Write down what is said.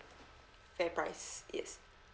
fairprice yes